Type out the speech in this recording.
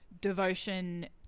Devotion